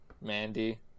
Mandy